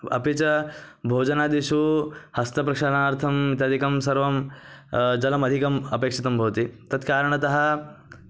अपि च भोजनादिषु हस्तप्रक्षालनार्थम् इत्यादिकं सर्वं जलमधिकम् अपेक्षितं भवति तत्कारणतः